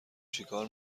چیکار